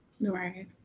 right